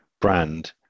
brand